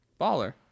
baller